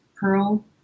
Pearl